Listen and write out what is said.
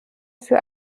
für